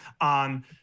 on